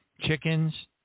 chickens